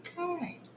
Okay